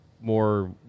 more